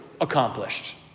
accomplished